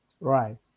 Right